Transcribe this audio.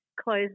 close